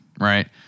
right